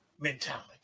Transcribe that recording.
mentality